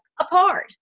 apart